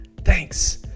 thanks